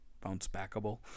bounce-backable